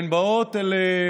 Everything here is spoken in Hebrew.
הספירה.